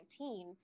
2019